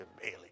Bailey